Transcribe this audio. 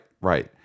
right